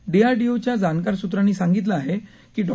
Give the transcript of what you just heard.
डीआरडीओच्या जाणकार सूत्रांनी सांगितले आहे की डॉ